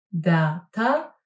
data